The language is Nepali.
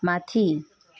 माथि